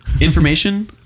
information